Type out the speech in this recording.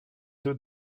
deux